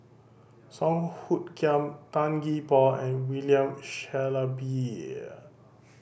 Song Hoot Kiam Tan Gee Paw and William Shellabear